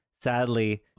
sadly